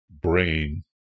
brain